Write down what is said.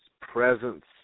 presence